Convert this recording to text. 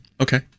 Okay